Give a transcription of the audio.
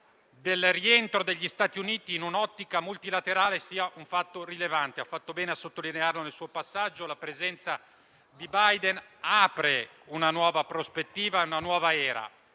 del rientro degli Stati Uniti in un'ottica multilaterale sia un fatto rilevante e lei ha fatto bene a sottolinearlo nel suo passaggio: la presenza di Biden apre una nuova prospettiva e una nuova era.